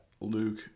Luke